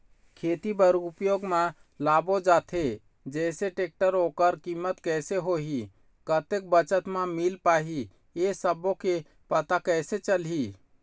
खेती बर उपयोग मा लाबो जाथे जैसे टेक्टर ओकर कीमत कैसे होही कतेक बचत मा मिल पाही ये सब्बो के पता कैसे चलही?